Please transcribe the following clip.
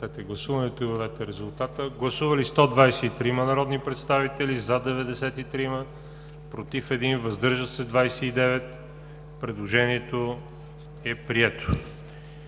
Гласували 123 народни представители: за 93, против 1, въздържали се 29. Предложението е прието.